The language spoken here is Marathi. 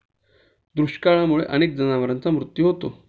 दुष्काळामुळे अनेक जनावरांचा मृत्यू होतो